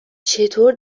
چطور